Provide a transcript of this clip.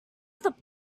stop